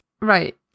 Right